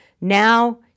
now